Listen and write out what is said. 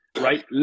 right